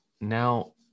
now